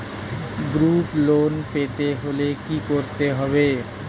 Group loan পেতে হলে কি করতে হবে?